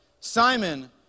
Simon